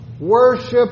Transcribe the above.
Worship